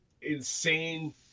insane